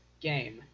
game